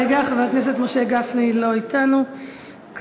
רגע, חבר הכנסת משה גפני, לא אתנו כאן.